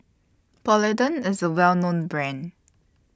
Polident IS A Well known Brand